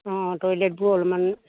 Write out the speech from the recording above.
অঁ টয়লেটবোৰ অলমান